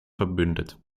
verbündet